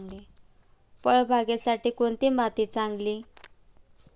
फळबागेसाठी कोणती माती चांगली?